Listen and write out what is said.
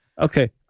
Okay